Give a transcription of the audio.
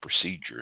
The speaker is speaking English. procedures